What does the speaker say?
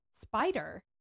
spider